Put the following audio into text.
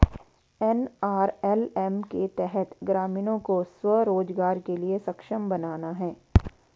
NRLM के तहत ग्रामीणों को स्व रोजगार के लिए सक्षम बनाना है